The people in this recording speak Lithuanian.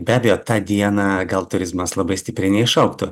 be abejo tą dieną gal turizmas labai stipriai neišaugtų